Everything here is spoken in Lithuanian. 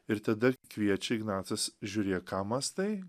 ir tada kviečia ignacas žiūrėk ką mąstai